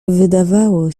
wydawało